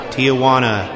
Tijuana